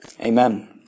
Amen